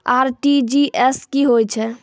RTGS की होय छै?